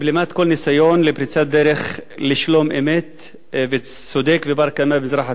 בלימת כל ניסיון לפריצת דרך לשלום-אמת צודק ובר-קיימא במזרח התיכון,